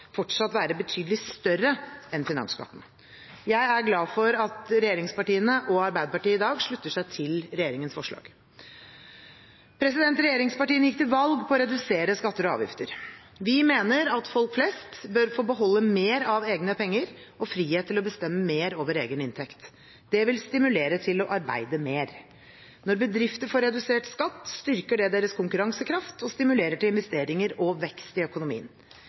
fortsatt være betydelig større enn finansskatten. Jeg er glad for at regjeringspartiene og Arbeiderpartiet i dag slutter seg til regjeringens forslag. Regjeringspartiene gikk til valg på å redusere skatter og avgifter. Vi mener at folk flest bør få beholde mer av egne penger og frihet til å bestemme mer over egen inntekt. Det vil stimulere til å arbeide mer. Når bedrifter får redusert skatt, styrker det deres konkurransekraft og stimulerer til investeringer og vekst i økonomien.